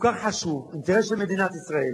לא צריך חקיקה עד שלוש שנים,